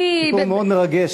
זה סיפור מאוד מרגש,